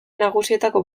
nagusietako